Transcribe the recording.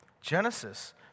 Genesis